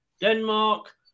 Denmark